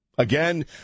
Again